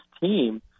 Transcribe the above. team